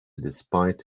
despite